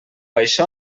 això